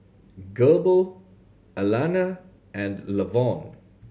Goebel Alannah and Lavon